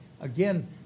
Again